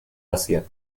asia